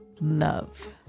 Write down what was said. love